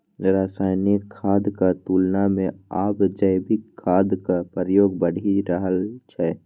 रासायनिक खादक तुलना मे आब जैविक खादक प्रयोग बढ़ि रहल छै